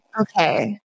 Okay